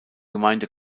gemeinde